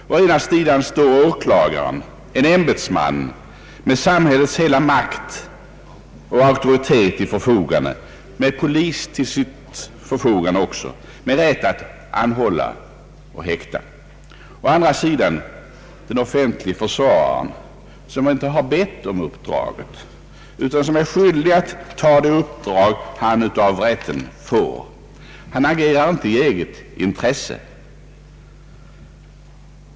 Å ena sidan står åklagaren, en ämbetsman med samhällets hela makt och auktoritet bakom sig och med polis till sitt förfogande, med rätt att anhålla och häkta. Å andra sidan står den offentlige försvararen, som inte har bett om uppdraget utan som är skyldig att ta det uppdrag han får av rätten. Han agerar inte i eget intresse.